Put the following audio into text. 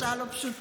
השעה לא פשוטה.